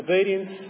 Obedience